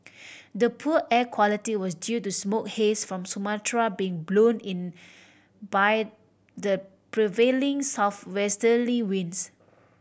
the poor air quality was due to smoke haze from Sumatra being blown in by the prevailing southwesterly winds